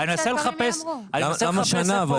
אני מנסה לחפש איפה פה ה --- למה שנה?